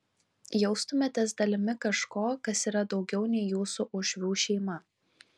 jaustumėtės dalimi kažko kas yra daugiau nei jūsų uošvių šeima